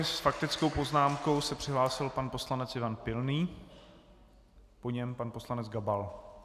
S faktickou poznámkou se přihlásil pan poslanec Ivan Pilný, po něm pan poslanec Gabal.